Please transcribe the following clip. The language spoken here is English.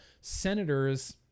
senators